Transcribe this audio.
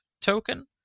token